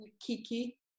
Kiki